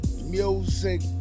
music